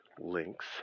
links